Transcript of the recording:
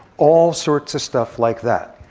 all sorts of stuff like that,